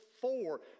four